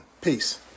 Peace